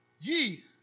ye